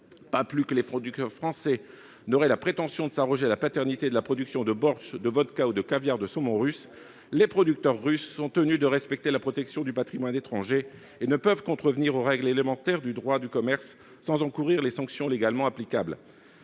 économique. Les producteurs français n'auraient pas la prétention de s'arroger la paternité de la production de bortsch, de vodka ou de caviar de saumon russe ; de même, les producteurs russes sont tenus de respecter le patrimoine étranger protégé et ne sauraient contrevenir aux règles élémentaires du droit du commerce sans encourir les sanctions légalement applicables.